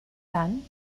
then